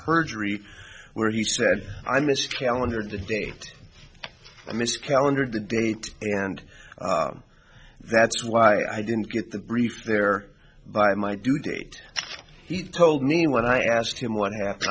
perjury where he said i miss trail under the day i miss calendar the date and that's why i didn't get the grief there by my due date he told me when i asked him what happened